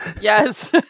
Yes